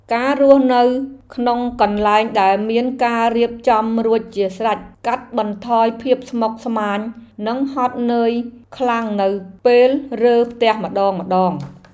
ការរស់នៅក្នុងកន្លែងដែលមានការរៀបចំរួចជាស្រេចកាត់បន្ថយភាពស្មុគស្មាញនិងហត់នឿយខ្លាំងនៅពេលរើផ្ទះម្តងៗ។